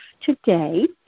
today